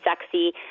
sexy